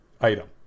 item